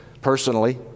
personally